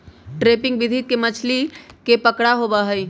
trapping विधि से मछली के पकड़ा होबा हई